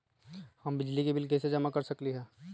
हम बिजली के बिल कईसे जमा कर सकली ह?